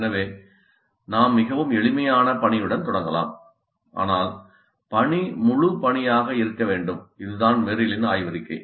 எனவே நாம் மிகவும் எளிமையான பணியுடன் தொடங்கலாம் ஆனால் பணி முழு பணியாக இருக்க வேண்டும் அதுதான் மெர்ரிலின் ஆய்வறிக்கை